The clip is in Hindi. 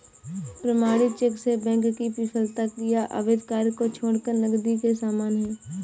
प्रमाणित चेक में बैंक की विफलता या अवैध कार्य को छोड़कर नकदी के समान है